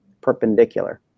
perpendicular